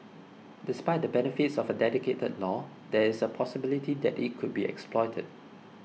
despite the benefits of a dedicated law there is a possibility that it could be exploited